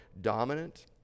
dominant